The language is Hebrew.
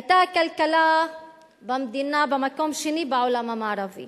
היתה הכלכלה במדינה במקום שני בעולם המערבי